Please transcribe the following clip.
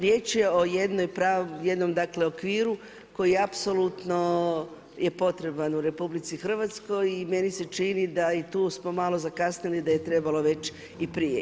Riječ je o jednom dakle okviru koji apsolutno je potreban u RH i meni se čini da i tu smo malo zakasnili, da je trebalo već i prije.